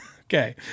Okay